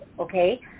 okay